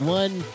one